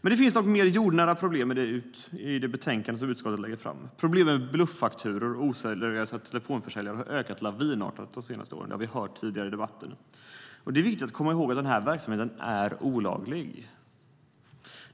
Men det finns mer jordnära problem i det betänkande som utskottet lägger fram. Problem med bluffakturor och oseriösa telefonförsäljare har ökat lavinartat de senaste åren. Det har vi hört tidigare i debatten. Det är viktigt att komma ihåg att den här verksamheten är olaglig.